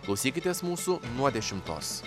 klausykitės mūsų nuo dešimtos